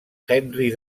henry